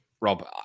Rob